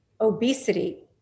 obesity